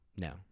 No